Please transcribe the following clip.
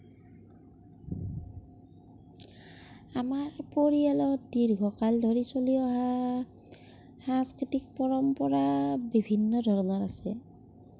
আমাৰ পৰিয়ালত দীৰ্ঘকাল ধৰি চলি অহা সাংস্কৃতিক পৰম্পৰা বিভিন্ন ধৰণৰ আছে